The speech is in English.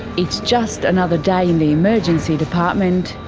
it's just another day in the emergency department,